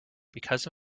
because